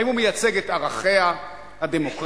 האם הוא מייצג את ערכיה הדמוקרטיים,